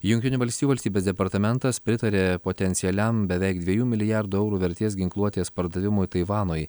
jungtinių valstijų valstybės departamentas pritarė potencialiam beveik dviejų milijardų eurų vertės ginkluotės pardavimui taivanui